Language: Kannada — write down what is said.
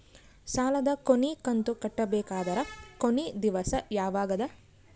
ಸಾಲದ ಕೊನಿ ಕಂತು ಕಟ್ಟಬೇಕಾದರ ಕೊನಿ ದಿವಸ ಯಾವಗದ?